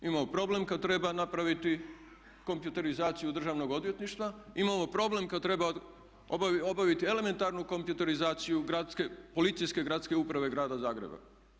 Imamo problem kad treba napraviti kompjuterizaciju Državnog odvjetništva, imamo problem kad treba obaviti elementarnu kompjuterizaciju policijske gradske uprave Grada Zagreba.